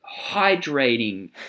hydrating